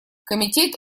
комитет